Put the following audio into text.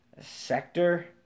Sector